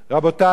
רבותי,